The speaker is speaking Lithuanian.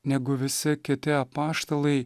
negu visi kiti apaštalai